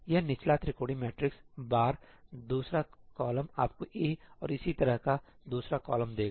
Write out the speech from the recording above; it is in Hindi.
यह निचला त्रिकोणीय मैट्रिक्स बार दूसरा कॉलम आपको A और इसी तरह का दूसरा कॉलम देगा